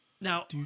Now